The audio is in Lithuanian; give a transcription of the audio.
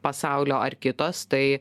pasaulio ar kitos tai